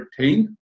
13